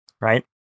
right